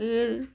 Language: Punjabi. ਏ